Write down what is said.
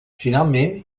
finalment